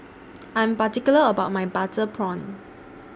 I Am particular about My Butter Prawn